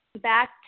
back